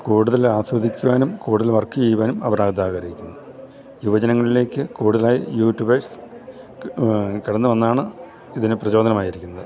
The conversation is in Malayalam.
കൂടുതൽ ആസ്വദിക്കുവാനും കൂടുതൽ വർക്ക് ചെയ്യുവാനും അവരത് ആഗ്രഹിക്കുന്നു യുവജനങ്ങളിലേക്ക് കൂടുതലായി യൂട്യൂബേഴ്സ് കടന്നു വന്നാണ് ഇതിനു പ്രചോദനമായിരിക്കുന്നത്